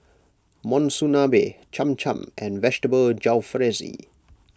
Monsunabe Cham Cham and Vegetable Jalfrezi